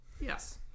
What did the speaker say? Yes